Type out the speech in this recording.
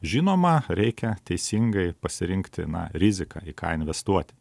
žinoma reikia teisingai pasirinkti na riziką į ką investuoti